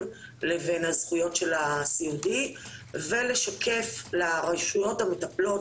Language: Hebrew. לבין הזכויות של הסיעודי ולשקף לרשויות המטפלות,